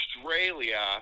australia